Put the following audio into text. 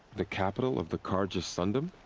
the capital of the carja sundom?